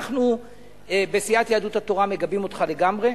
אנחנו בסיעת יהדות התורה מגבים אותך לגמרי.